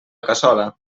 cassola